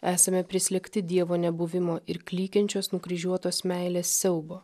esame prislėgti dievo nebuvimo ir klykiančios nukryžiuotos meilės siaubo